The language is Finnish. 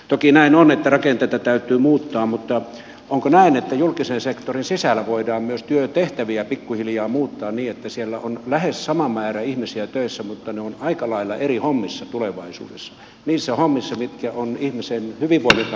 toki näin on että rakenteita täytyy muuttaa mutta onko näin että julkisen sektorin sisällä voidaan myös työtehtäviä pikkuhiljaa muuttaa niin että siellä on lähes sama määrä ihmisiä töissä mutta ne ovat aika lailla eri hommissa tulevaisuudessa niissä hommissa mitkä ovat ihmisen hyvinvoinnin kannalta tarpeellisia